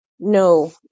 no